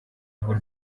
aho